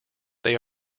they